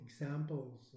examples